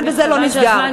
אבל בזה לא נסגר,